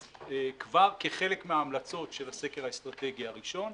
אז כבר כחלק מההמלצות של הסקר האסטרטגי הראשון,